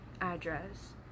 address